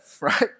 right